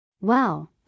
Wow